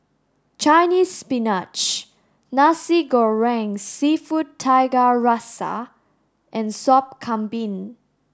Chinese spinach Nasi Goreng seafood Tiga Rasa and Sop Kambing